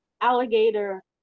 alligator